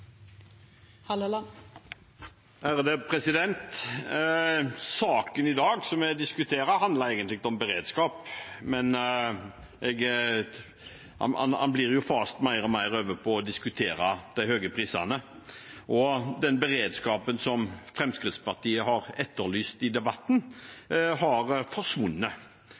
Saken som vi diskuterer i dag, handler egentlig om beredskap, men debatten blir jo faset mer og mer over på å diskutere de høye prisene, og det med beredskap, som Fremskrittspartiet har etterlyst i debatten, har forsvunnet.